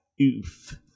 oof